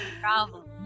problem